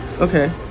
Okay